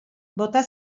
bota